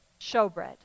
Showbread